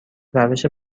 روش